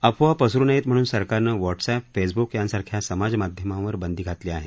अफवा पसरू नयेत म्हणून सरकारनं व्हॉटसअप फेसबुक यासारख्या समाजमाध्यमांवर बंदी घातली आहे